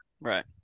right